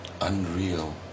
unreal